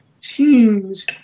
teams